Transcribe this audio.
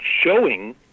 showing